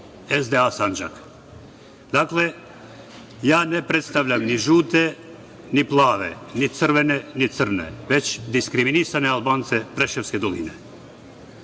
SDA Sandžaka. Dakle, ja ne predstavljam ni žute, ni plave, ni crvene, ni crne, već diskriminisane Albance Preševske doline. Od